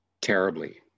terribly